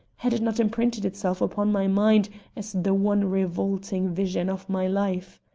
had it not imprinted itself upon my mind as the one revolting vision of my life?